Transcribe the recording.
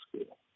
school